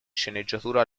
sceneggiatura